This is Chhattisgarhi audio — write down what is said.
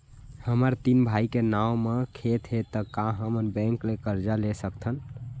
हमर तीन भाई के नाव म खेत हे त का हमन बैंक ले करजा ले सकथन?